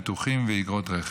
ביטוחים ואיגרות רכב,